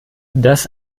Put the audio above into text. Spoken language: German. das